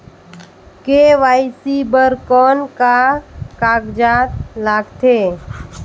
KYC बर कौन का कागजात लगथे?